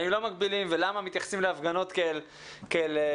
האם לא מגבילים ולמה מתייחסים להפגנות כאל משהו